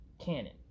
canon